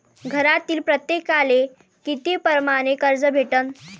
घरातील प्रत्येकाले किती परमाने कर्ज भेटन?